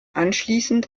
anschließend